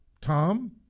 Tom